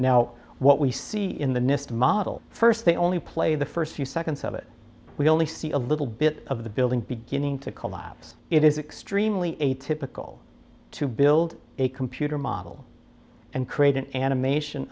now what we see in the nist model first they only play the first few seconds of it we only see a little bit of the building beginning to collapse it is extremely atypical to build a computer model and create an animation